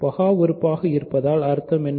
பகா உறுப்பாக இருப்பதன் அர்த்தம் என்ன